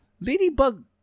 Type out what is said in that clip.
Ladybug